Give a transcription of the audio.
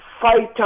fighter